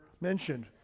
mentioned